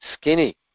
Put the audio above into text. skinny